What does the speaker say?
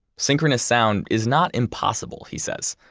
synchronous sound is not impossible, he says,